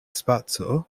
spaco